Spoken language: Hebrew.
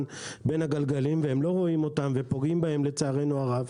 בין הגלגלים והם לא רואים אותם ופוגעים בהם לצערנו הרב.